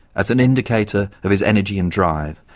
as an indicator of his energy and drive,